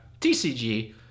TCG